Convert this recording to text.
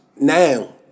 now